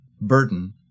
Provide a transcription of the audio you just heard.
burden